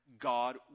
God